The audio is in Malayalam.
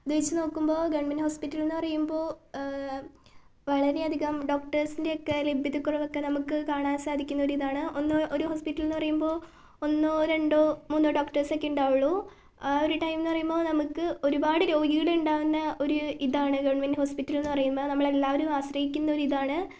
അതു വച്ച് നോക്കുമ്പോൾ ഗവൺമെൻ്റ് ഹോസ്പിറ്റൽ എന്നു പറയുമ്പോൾ വളരെ അധികം ഡോക്ടേർസിൻ്റെ ഒക്കെ ലഭ്യതക്കുറവൊക്കെ നമുക്ക് കാണാൻ സാധിക്കുന്ന ഒരു ഇതാണ് ഒന്ന് ഒരു ഹോസ്പിറ്റൽ എന്നു പറയുമ്പോൾ ഒന്നോ രണ്ടോ മൂന്നോ ഡോക്ടേർസ് ഒക്കെ ഉണ്ടാവുള്ളു ആ ഒരു ടൈം എന്നു പറയുമ്പോൾ നമുക്ക് ഒരുപാട് രോഗികൾ ഉണ്ടാവുന്ന ഒരു ഇതാണ് ഗവൺമെൻ്റ് ഹോസ്പിറ്റൽ എന്നു പറയുമ്പോൾ നമ്മൾ എല്ലാവരും ആശ്രയിക്കുന്ന ഒരു ഇതാണ്